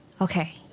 Okay